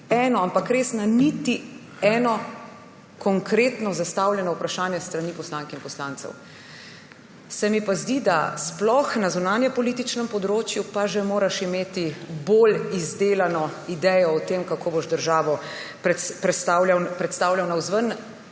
eno, ampak res niti na eno konkretno zastavljeno vprašanje s strani poslank in poslancev. Se mi zdi, da sploh na zunanjepolitičnem področju pa že moraš imeti bolj izdelano idejo o tem, kako boš državo predstavljal navzven.